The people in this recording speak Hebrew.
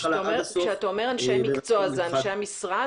כשאתה אומר אנשי מקצוע, זה אנשי המשרד?